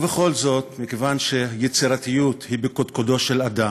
ובכל זאת, מכיוון שיצירתיות היא בקודקודו של אדם,